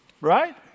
Right